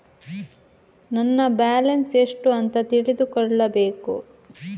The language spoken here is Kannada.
ನನ್ನ ಬ್ಯಾಲೆನ್ಸ್ ಎಷ್ಟು ಅಂತ ತಿಳಿದುಕೊಳ್ಳಬೇಕು?